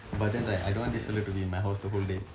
but then right I don't want this fella to be in my house the whole day